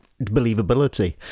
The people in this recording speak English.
believability